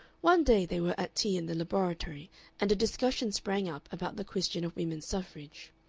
one day they were at tea in the laboratory and a discussion sprang up about the question of women's suffrage.